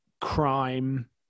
crime